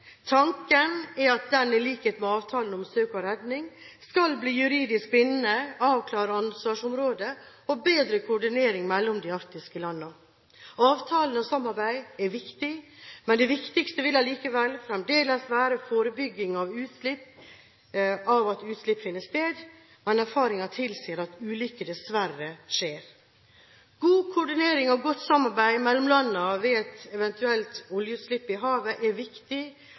Tanken er at den i likhet med avtalen om søk og redning skal bli juridisk bindende, avklare ansvarsområder og bedre koordineringen mellom de arktiske landene. Avtalen og samarbeid er viktig. Det viktigste vil allikevel fremdeles være forebygging av at utslipp finner sted, men erfaring tilsier at ulykker dessverre skjer. God koordinering og godt samarbeid mellom landene ved et eventuelt oljeutslipp i havet er viktig